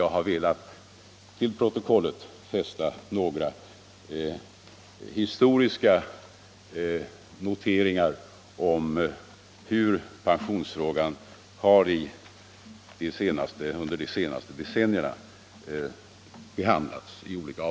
Jag har med detta velat få antecknade till protokollet dessa historiska noteringar om hur pensionsfrågan i olika avseenden behandlats under de senaste decennierna.